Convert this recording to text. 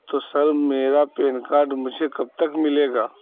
تو سر میرا pan card مجھے کب تک ملے گا